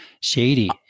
Shady